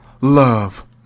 Love